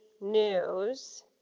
news